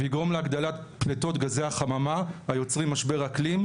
ויגרום להגדלת פלטות גזי החממה היוצרים משבר אקלים,